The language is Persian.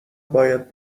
باید